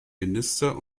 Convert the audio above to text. minister